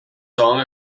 song